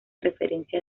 referencia